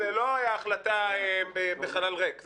זו לא החלטה שבאה בחלל ריק.